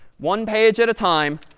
one page at a time,